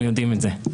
אנחנו יודעים את זה.